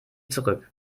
zurück